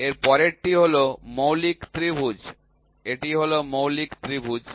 এর পরেরটি হল মৌলিক ত্রিভুজ এটি হল মৌলিক ত্রিভুজ